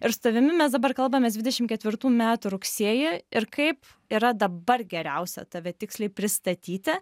ir savimi mes dabar kalbamės dvidešimt ketvirtų metų rugsėjį ir kaip yra dabar geriausia tave tiksliai pristatyti